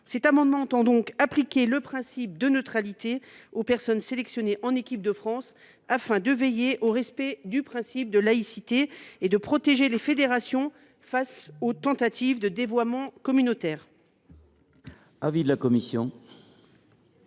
inscrire dans le droit que le principe de neutralité s’applique aux personnes sélectionnées en équipe de France, afin de veiller au respect du principe de laïcité et de protéger les fédérations face aux tentatives de dévoiement communautaires.